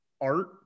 art